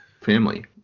Family